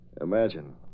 Imagine